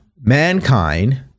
mankind